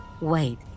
Wait